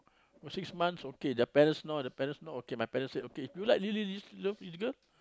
six months okay the parents know the parents know okay my parents said okay if you like this do you really love this girl